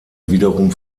wiederum